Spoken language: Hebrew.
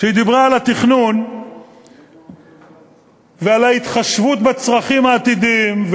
כשהיא דיברה על התכנון ועל ההתחשבות בצרכים העתידיים,